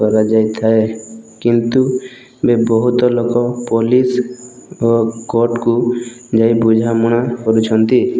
କରାଯାଇଥାଏ କିନ୍ତୁ ବି ବହୁତ ଲୋକ ପୋଲିସ ଓ କୋଟ୍କୁ ଯାଇ ବୁଝାମଣା କରୁଛନ୍ତି